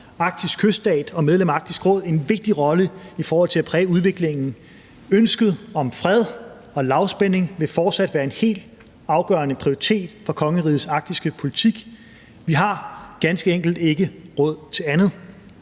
arktisk kyststat og medlem af Arktisk Råd en vigtig rolle i forhold til at præge udviklingen. Ønsket om fred og lavspænding vil fortsat være en helt afgørende prioritet for kongerigets arktiske politik. Vi har ganske enkelt ikke råd til andet.